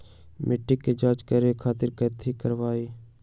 मिट्टी के जाँच करे खातिर कैथी करवाई?